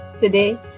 Today